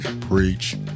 Preach